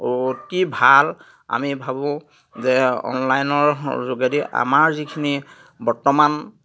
অতি ভাল আমি ভাবোঁ যে অনলাইনৰ যোগেদি আমাৰ যিখিনি বৰ্তমান